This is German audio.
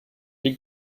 die